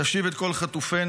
תשיב את כל חטופינו,